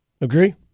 Agree